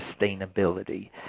sustainability